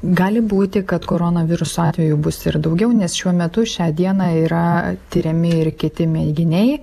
gali būti kad koronaviruso atvejų bus ir daugiau nes šiuo metu šią dieną yra tiriami ir kiti mėginiai